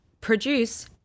produce